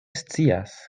scias